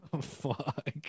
Fuck